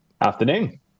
Afternoon